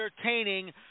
entertaining